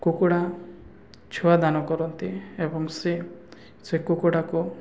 କୁକୁଡ଼ା ଛୁଆ ଦାନ କରନ୍ତି ଏବଂ ସେ ସେ କୁକୁଡ଼ାକୁ